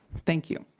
thank you.